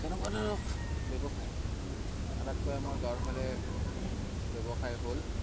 যেনেকুৱা ধৰক ব্যৱসায় আটাইতকৈ আমাৰ গাঁৱৰ ফালে ব্যৱসায় হ'ল